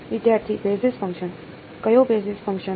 વિદ્યાર્થી basis function કયો basis function